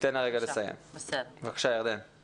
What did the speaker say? אני